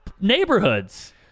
neighborhoods